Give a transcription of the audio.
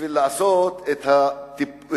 בשביל לעשות בהם את